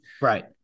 Right